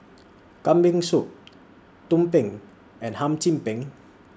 Kambing Soup Tumpeng and Hum Chim Peng